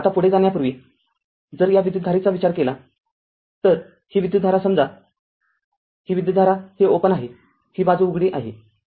आता पुढे जाण्यापूर्वी जर या विद्युतधारेचा विचार केला तर ही विद्युतधारा समजा ही विद्युतधारा हे उघडे आहे ही बाजू उघडी आहे